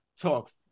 talks